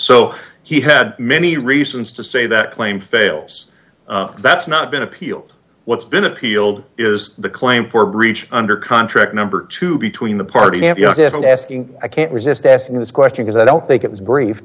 so he had many reasons to say that claim fails that's not been appealed what's been appealed is the claim for breach under contract number two between the party of yes and asking i can't resist asking this question as i don't think it was br